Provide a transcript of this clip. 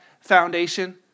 foundation